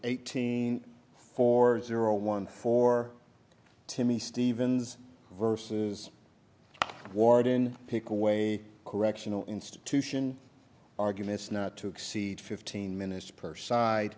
eighteen or one or timmy stevens versus warden take away a correctional institution arguments not to exceed fifteen minutes per side